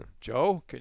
Joe